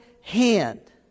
hand